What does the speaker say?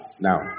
Now